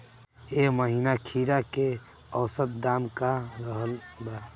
एह महीना खीरा के औसत दाम का रहल बा?